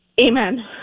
amen